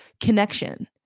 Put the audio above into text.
connection